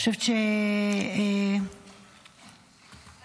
אתה